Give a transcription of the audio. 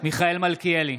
מיכאל מלכיאלי,